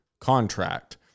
contract